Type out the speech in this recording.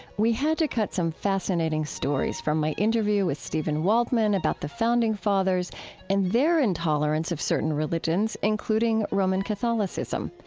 we had to cut some fascinating stories from my interview with steven waldman about the founding fathers and their intolerance of certain religions, including roman catholicism.